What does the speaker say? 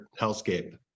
hellscape